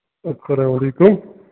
اَسَلام علیکُم